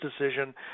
decision